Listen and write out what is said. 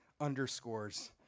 underscores